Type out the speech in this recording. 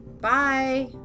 Bye